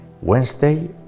Wednesday